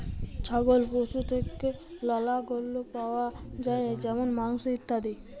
ছাগল পশু থেক্যে লালা পল্য পাওয়া যায় যেমল মাংস, ইত্যাদি